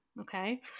Okay